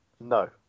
no